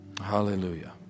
Hallelujah